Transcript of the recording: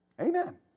Amen